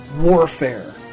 warfare